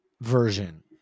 version